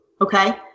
Okay